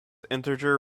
integer